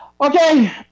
Okay